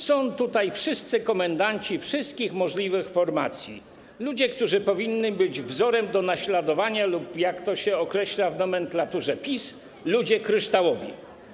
Są tutaj wszyscy komendanci wszystkich możliwych formacji, ludzie, którzy powinni być wzorem do naśladowania, lub, jak to się określa w nomenklaturze PiS, ludzie kryształowi.